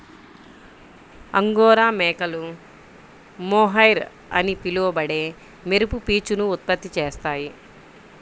angora మేకలు mohair అని పిలువబడే మెరుపు పీచును ఉత్పత్తి చేస్తాయి